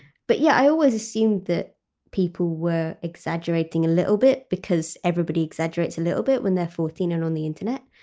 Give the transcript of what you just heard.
but yeah i always assumed that people were exaggerating a little bit because everybody exaggerates a little bit when they're fourteen and on the internet.